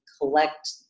collect